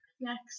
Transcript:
Next